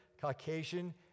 Caucasian